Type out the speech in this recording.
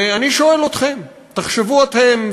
ואני שואל אתכם: תחשבו אתם,